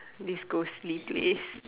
this ghostly place